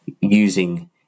using